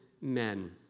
men